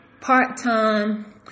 part-time